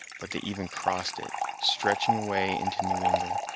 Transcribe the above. but they even crossed it, stretching away into new england,